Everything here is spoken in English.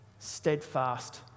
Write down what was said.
steadfast